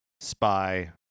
spy